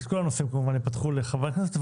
כל הנושאים כמובן ייפתחו לחברי הכנסת,